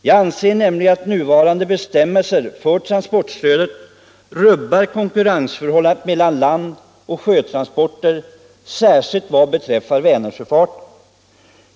Jag anser nämligen att nuvarande bestämmelser för transportstödet rubbar konkurrensförhållandet mellan land - och sjötransporter, särskilt vad beträffar Vänersjöfarten.